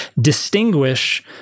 distinguish